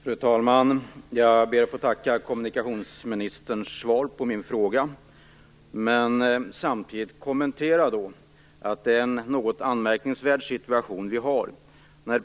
Fru talman! Jag ber att få tacka kommunikationsministern för svaret på min fråga. Samtidigt vill jag kommentera det och säga att det är en något anmärkningsvärd situation vi har.